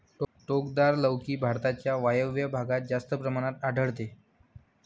टोकदार लौकी भारताच्या वायव्य भागात जास्त प्रमाणात आढळते